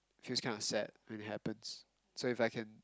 feels kind of sad when it happens so if I can